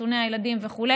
לחיסוני הילדים וכו',